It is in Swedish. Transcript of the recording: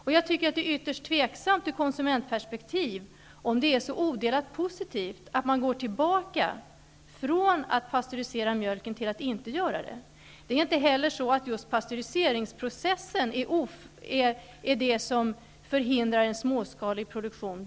Ur konsumentperspektiv är det ytterst tveksamt att det är odelat positivt att man går från att pastörisera mjölk tillbaka till att inte göra det. Det är inte heller så att det är just pastöriseringsprocessen som förhindrar en småskalig produktion.